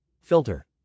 Filter